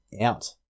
out